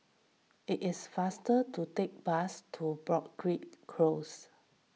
it is faster to take the bus to Broadrick Close